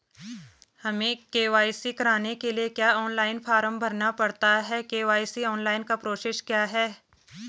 हमें के.वाई.सी कराने के लिए क्या ऑनलाइन फॉर्म भरना पड़ता है के.वाई.सी ऑनलाइन का प्रोसेस क्या है?